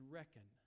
reckon